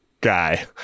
guy